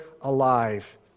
alive